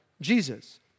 Jesus